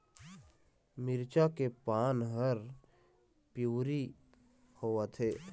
मिरचा के पान हर पिवरी होवथे?